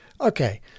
Okay